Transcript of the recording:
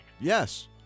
Yes